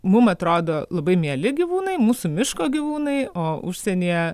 mum atrodo labai mieli gyvūnai mūsų miško gyvūnai o užsienyje